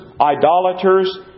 idolaters